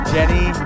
Jenny